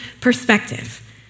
perspective